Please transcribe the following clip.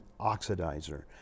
oxidizer